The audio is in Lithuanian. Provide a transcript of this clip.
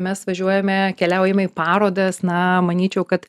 mes važiuojame keliaujame į parodas na manyčiau kad